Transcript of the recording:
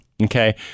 Okay